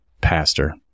Pastor